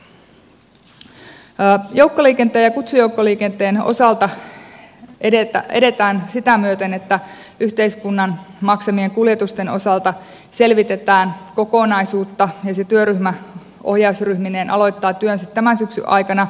joukkoliikenteen ja kutsujoukkoliikenteen osalta edetään sitä myöten että yhteiskunnan maksamien kuljetusten osalta selvitetään kokonaisuutta ja se työryhmä ohjausryhmineen aloittaa työnsä tämän syksyn aikana